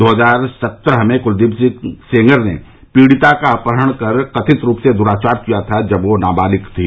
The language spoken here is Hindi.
दो हजार सत्रह में कूलदीप सिंह सेंगर ने पीड़िता का अपहरण कर कथित रूप से दुराचार किया था जब वह नाबालिग थी